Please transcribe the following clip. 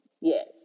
Yes